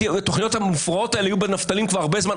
התוכניות המופרעות האלה היו בנפטלין כבר הרבה זמן.